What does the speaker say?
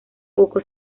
poco